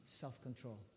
self-control